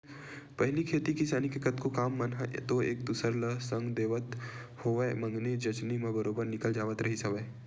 पहिली खेती किसानी के कतको काम मन ह तो एक दूसर ल संग देवत होवय मंगनी जचनी म बरोबर निकल जावत रिहिस हवय